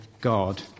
God